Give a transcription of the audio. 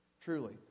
Truly